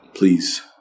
Please